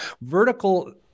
vertical